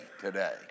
today